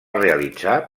realitzar